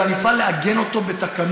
אלא נפעל לעגן אותו בתקנות.